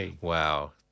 Wow